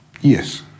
Yes